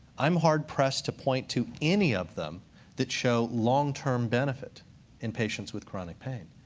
i'm hard-pressed to point to any of them that show long-term benefit in patients with chronic pain.